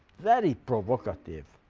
very provocative,